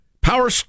Power